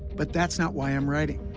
but that's not why i'm writing.